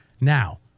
Now